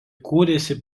kūrėsi